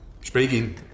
Speaking